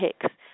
Hicks